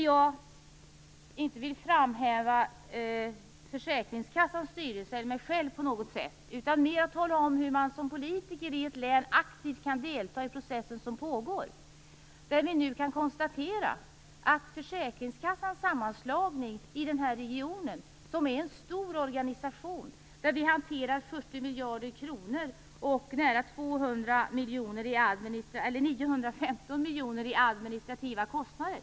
Jag vill inte framhäva försäkringskassans styrelse eller mig själv på något sätt, utan mer tala om hur man som politiker i ett län aktivt kan delta i processer som pågår. Det gäller försäkringskassans sammanslagning i den här regionen. Det är en stor organisation. Den hanterar 40 miljarder kronor och har nära 915 miljoner i administrativa kostnader.